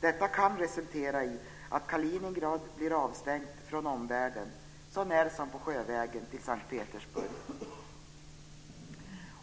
Detta kan resultera i att Kaliningrad blir avstängt från omvärlden sånär som på sjövägen till Sankt Petersburg.